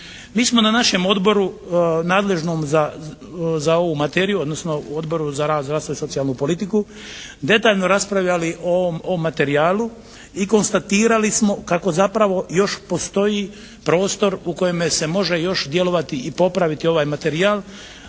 Mi smo na našem odboru nadležnom za ovu materiju, odnosno u Odboru za rad, zdravstvo i socijalnu politiku detaljno raspravljali o materijalu i konstatirali smo kako zapravo još postoji prostor u kojeme se može još djelovati i popraviti ovaj materijal,